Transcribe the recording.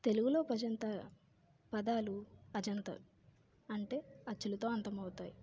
తెలుగులో అజంత పదాలు అజంతా అంటే అచ్చులతో అంతం అవుతాయి